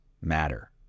matter